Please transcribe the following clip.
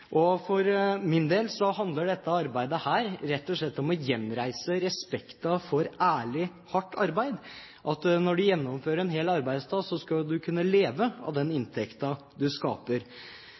For min del handler dette arbeidet rett og slett om å gjenreise respekten for ærlig, hardt arbeid, og at man når man gjennomfører en hel arbeidsdag, skal kunne leve av den inntekten man skaper.